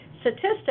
statistics